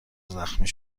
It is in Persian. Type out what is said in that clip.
زخمی